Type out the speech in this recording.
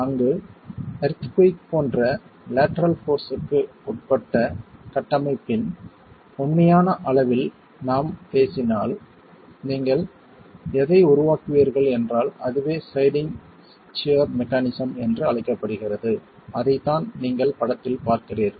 அங்கு earthquake போன்ற lateral போர்ஸ்க்கு உட்பட்ட கட்டமைப்பின் உண்மையான அளவில் நாம் பேசினால் நீங்கள் எதை உருவாக்குவீர்கள் என்றால் அதுவே ஸ்லைடிங் சியர் மெக்கானிசம் என்று அழைக்கப்படுகிறது அதைத்தான் நீங்கள் படத்தில் பார்க்கிறீர்கள்